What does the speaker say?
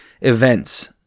events